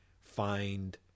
find